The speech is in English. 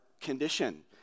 condition